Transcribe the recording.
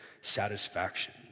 satisfaction